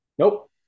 Nope